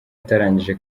atarangije